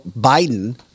Biden